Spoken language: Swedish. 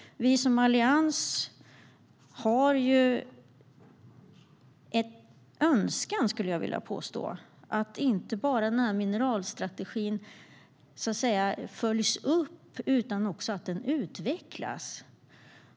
Vi i Alliansen har en önskan, skulle jag vilja påstå, att mineralstrategin inte bara följs upp utan också utvecklas.